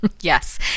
Yes